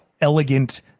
elegant